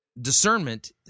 discernment